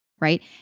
right